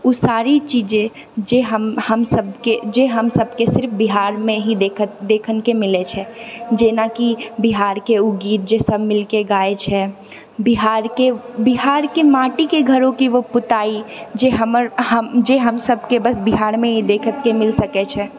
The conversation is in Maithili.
ओ सारी चीजे जे हम हमसभके जे हमसभके सिर्फ बिहारमे ही देखनके मिलैत छै जेनाकि बिहारके ओ गीत जे सभ मिलके गाय छै बिहारके बिहारके माटीके घरोकी वो पुताई जे हमर हम जे हमसभ के बस बिहार मे ही देखयके मिल सकैत छै